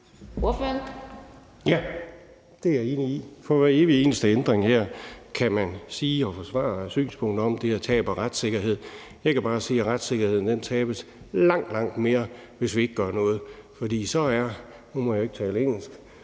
(V): Ja, det er jeg enig i. For hver evig eneste ændring her kan man sige og forsvare synspunktet om, at det er et tab af retssikkerhed. Jeg kan bare sige, at retssikkerheden tabes i langt, langt højere grad, hvis vi ikke gør noget. For så er vi derhenne,